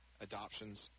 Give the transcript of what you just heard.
adoptions